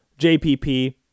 JPP